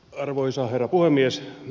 arvoisa herra puhemies